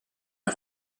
est